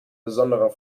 besonderer